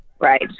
Right